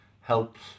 helps